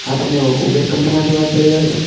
હા તમે ઉબેર કંપનીમાંથી વાત કરી રહ્યાં છો